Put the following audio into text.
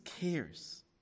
cares